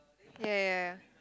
ya ya ya